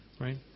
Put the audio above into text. right